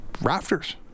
rafters